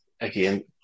again